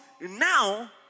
now